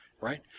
right